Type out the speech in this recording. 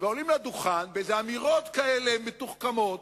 ועולים לדוכן באמירות כאלה מתוחכמות.